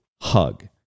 hug